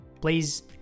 Please